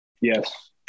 Yes